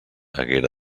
haguera